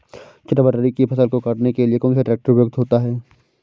चटवटरी की फसल को काटने के लिए कौन सा ट्रैक्टर उपयुक्त होता है?